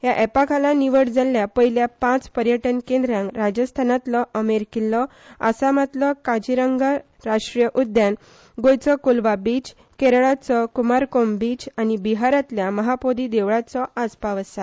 ह्या अॅपा खाला निवड जाल्या पयल्या पाच पर्यटन केंद्रांक राजस्थानतलो अमेर किछ्ठो आसामातलो काजीरंगा राश्ट्रीय उद्यान गोयचो कोलवा बिच केरळाचो कुमारकोम बीच आनी बिहारातल्या महापोदी देवळाचो आस्पाव आसा